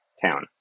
town